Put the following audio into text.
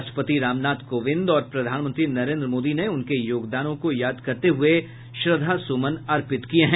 राष्ट्रपति रामनाथ कोविंद और प्रधानमंत्री नरेन्द्र मोदी ने उनके योगदानों को याद करते हुए उन्हे श्रद्धा सुमन अर्पित किये हैं